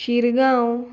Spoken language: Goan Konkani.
शिरगांव